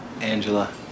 Angela